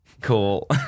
Cool